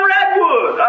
Redwood